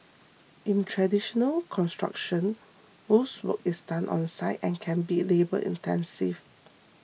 in traditional construction most work is done on site and can be labour intensive